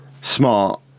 Smart